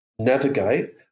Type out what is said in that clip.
navigate